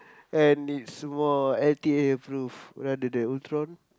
and it's more L_T_A approved rather than Ultron